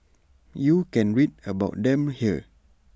you can read about them here